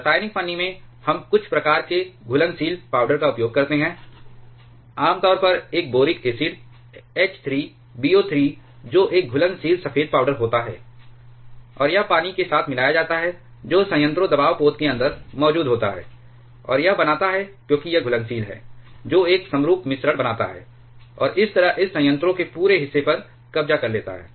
रासायनिक फन्नी में हम कुछ प्रकार के घुलनशील पाउडर का उपयोग करते हैं आमतौर पर एक boric acid H 3 B O 3 जो एक घुलनशील सफेद पाउडर होता है और यह पानी के साथ मिलाया जाता है जो संयंत्रों दबाव पोत के अंदर मौजूद होता है और यह बनाता है क्योंकि यह घुलनशील है जो एक समरूप मिश्रण बनाता है और इस तरह इस संयंत्रों के पूरे हिस्से पर कब्जा कर लेता है